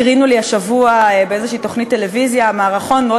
הקרינו לי השבוע בתוכנית טלוויזיה כלשהי מערכון מאוד